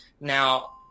Now